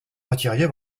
retiriez